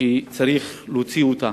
שצריך להוציא אותה.